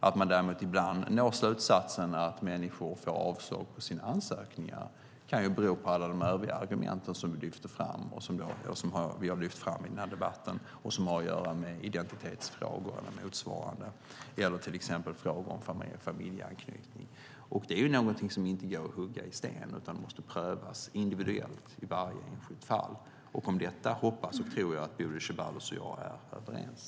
Att de däremot ibland når slutsatsen att människor får avslag på sina ansökningar kan bero på alla de övriga argument som vi har lyft fram i debatten som har att göra med identitetsfrågor eller motsvarande. Det gäller till exempel frågor om familjeanknytning. Det är inte något som går att hugga i sten. Det måste prövas individuellt i varje enskilt fall. Om detta hoppas och tror jag att Bodil Ceballos och jag är överens.